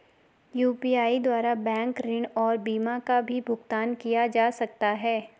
UPI द्वारा bank ऋण और बीमा का भी भुगतान किया जा सकता है?